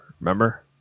remember